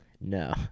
No